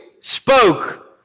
spoke